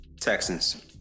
Texans